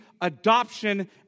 adoption